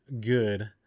good